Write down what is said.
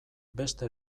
beste